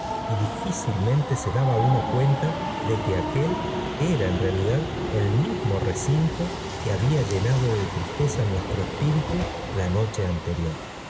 y difícilmente se daba uno cuenta de que aquél era en realidad el mismo recinto que había llenado de tristeza nuestro espíritu la noche ante